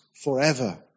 forever